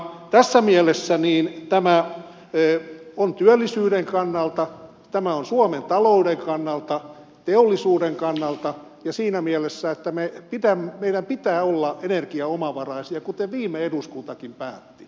tässä mielessä tämä on perusteltu työllisyyden kannalta suomen talouden kannalta teollisuuden kannalta ja siinä mielessä että meidän pitää olla energiaomavaraisia kuten viime eduskuntakin päätti